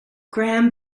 grahame